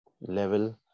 level